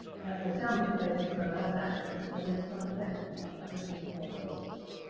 as damaged pages go, that's actually one of the slightly better ones. i have seen far worse than that.